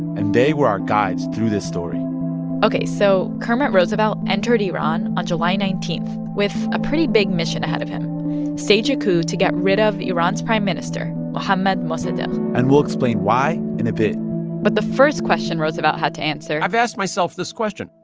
and they were our guides through this story ok, so kermit roosevelt entered iran on july nineteen with a pretty big mission ahead of him stage a coup to get rid of iran's prime minister, mohammad mossadegh and we'll explain why in a bit but the first question roosevelt had to answer. i've asked myself this question.